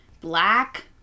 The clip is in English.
black